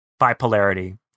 bipolarity